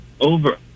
over